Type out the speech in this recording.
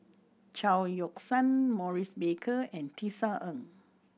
Chao Yoke San Maurice Baker and Tisa Ng